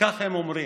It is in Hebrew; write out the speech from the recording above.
וכך הם אומרים,